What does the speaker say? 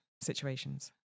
situations